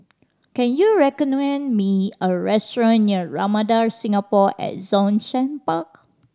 can you recommend me a restaurant near Ramada Singapore at Zhongshan Park